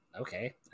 Okay